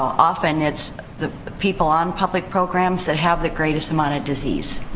often it's the people on public programs that have the greatest amount of disease.